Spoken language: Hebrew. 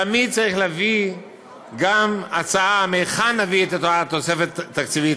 תמיד צריך להביא גם הצעה מהיכן נביא את אותה תוספת תקציבית,